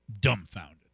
dumbfounded